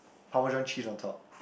Parmesan cheese on top